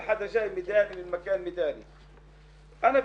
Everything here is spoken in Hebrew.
לאחרונה גם שמעתי ממג'יד שמאשימים אותו גם